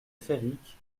féric